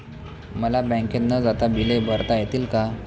मला बँकेत न जाता बिले भरता येतील का?